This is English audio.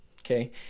Okay